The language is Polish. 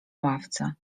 ławce